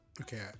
Okay